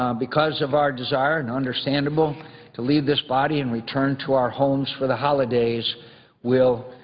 um because of our desire, and understandable to leave this body and return to our homes for the holidays will